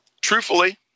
truthfully